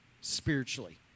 spiritually